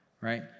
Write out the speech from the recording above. right